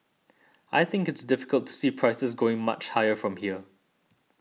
I think it's difficult to see prices going much higher from here